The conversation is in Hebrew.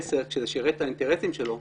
ב-2010 כשזה שירת את האינטרסים שלו,